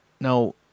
Now